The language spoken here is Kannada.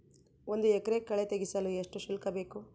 ಒಂದು ಎಕರೆ ಕಳೆ ತೆಗೆಸಲು ಎಷ್ಟು ಶುಲ್ಕ ಬೇಕು?